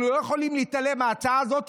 אנחנו לא יכולים להתעלם מההצעה הזאת.